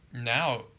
Now